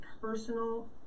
personal